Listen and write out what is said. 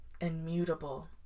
immutable